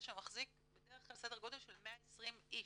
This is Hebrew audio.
שמחזיק בדרך כלל סדר גודל של 120 איש.